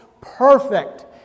perfect